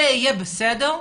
זה יהיה בסדר?